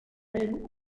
ell